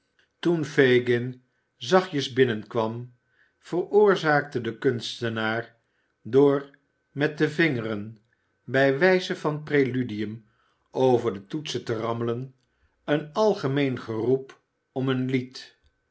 toen fagin zachtjes binnenkwam veroorzaakte de kunstenaar door met de vingeren bij wijze van preludium over de toetsen te rammelen een algemeen geroep om een lied